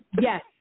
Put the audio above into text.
Yes